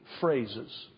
phrases